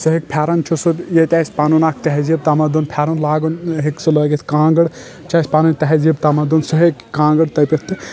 سُہ ہیٚکہِ پھیٚرن چھُ سُہ ییتہَ اسۍ پنن اکھ تہزیب تمدُن پھیٚرن لاگن ہیٚکہِ سُہ لٲگِتھ کانٛگر چھِ اسہِ پنٕنۍ تہزیب تمدُن سُہ ہیٚکہِ کانٛگر تٔپِتھ تہٕ